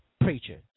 preacher